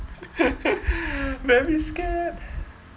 very scared